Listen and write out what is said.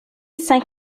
saint